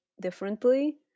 differently